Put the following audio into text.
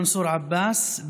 מנסור עבאס,